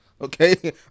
Okay